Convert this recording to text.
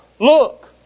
look